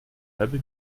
halbe